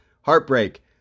heartbreak